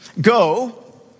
go